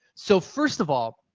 so first of all,